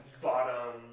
bottom